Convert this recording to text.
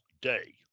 day